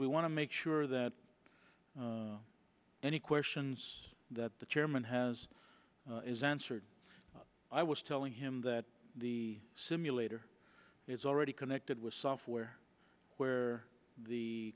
we want to make sure that any questions that the chairman has is answered i was telling him that the simulator is already connected with software where the